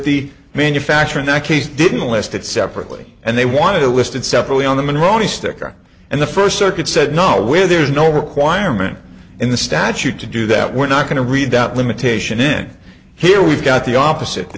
the manufacturer that case didn't list it separately and they wanted it listed separately on the minority sticker and the first circuit said no we're there's no requirement in the statute to do that we're not going to read that limitation in here we've got the opposite the